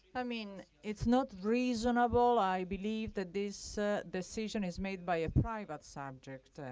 i mean, it's not reasonable. i believe that this decision is made by private subject. and